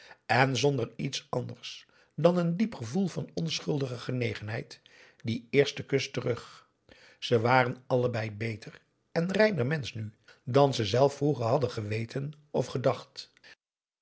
en zonder iets anders dan een diep gevoel van onschuldige genegenheid dien eersten kus terug ze waren allebei beter en reiner mensch nu dan ze zelf vroeger hadden geweten of gedacht